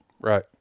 right